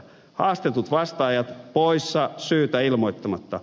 haastetut vastaajat poissa syytä ilmoittamatta